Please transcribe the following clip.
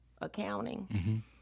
accounting